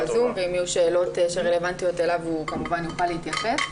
יהיו שאלות שרלבנטיות אליו הוא כמובן יוכל להתייחס.